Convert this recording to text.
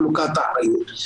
חלוקת האחריות,